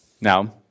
Now